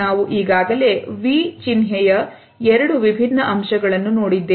ನಾವು ಈಗಾಗಲೇ ವಿ ಚಿನ್ಹೆಯ ಎರಡು ವಿಭಿನ್ನ ಅಂಶಗಳನ್ನು ನೋಡಿದ್ದೇವೆ